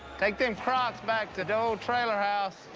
take them crocs back to the old trailer house.